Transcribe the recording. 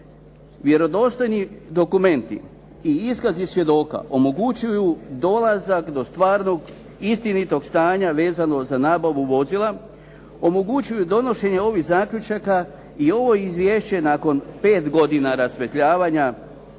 Vjerodostojni dokumenti i iskazi svjedoka omogućuju dolazak do stvarnog istinitog stanja vezano za nabavu vozila, omogućuju donošenje ovih zaključaka i ovo izvješće nakon pet godina rasvjetljavanja